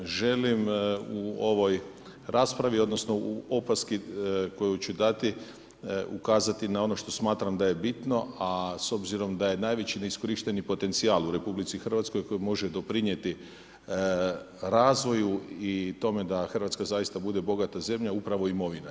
Želim u ovoj raspravi odnosno u opaski koju ću dati ukazati na ono što smatram da je bitno, a s obzirom da je najveći neiskorišteni potencijal u Republici Hrvatskoj koji može doprinijeti razvoju i tome da Hrvatska zaista bude bogata zemlja upravo imovina.